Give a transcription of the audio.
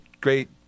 great